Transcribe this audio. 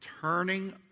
turning